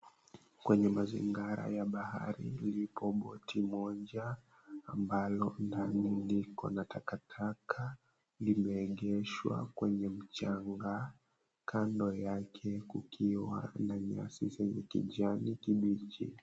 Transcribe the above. Kwenye mazingira ya bahari liko boti moja ambalo ndani liko na takataka limeegeshwa kwenye mchanga kando yake kukiwa na nyasi za kijani kibichi.